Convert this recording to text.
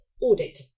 audit